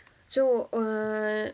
so what